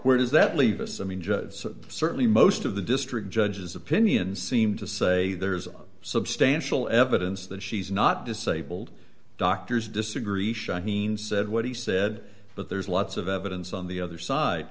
where does that leave us i mean certainly most of the district judge's opinion seemed to say there is substantial evidence that she's not disabled doctors disagree shaheen said what he said but there's lots of evidence on the other side